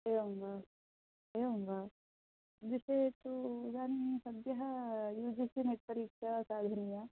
एवं वा एवं वा विषये तु इदानीं सद्यः यू जि सि नेट् परीक्षा साधनीया